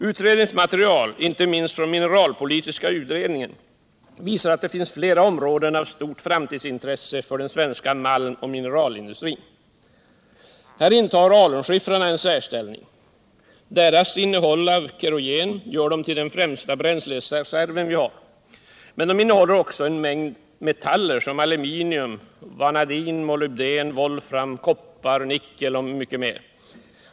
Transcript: Utredningens material, inte minst från den mineralpolitiska utredningen, visar att det finns flera områden av stort framtidsintresse för den svenska malmoch mineralindustrin. Här intar alunskiffrarna en särställning. Deras innehåll av kerogen gör dem till vår främsta bränslereserv, men de innehåller också en mängd metaller som aluminium, vanadin, molybden, volfram, koppar, nickel m.m.